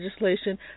legislation